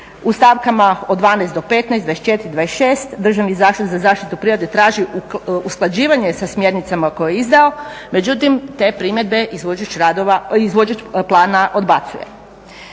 u stavkama od 12 do 15, 24, 26 Državni … za zaštitu prirode traži usklađivanje sa smjernicama koje izdao, međutim te primjedbe izvođač plana odbacuje.